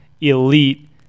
elite